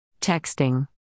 Texting